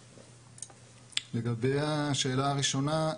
לגבי השאלה הראשונה,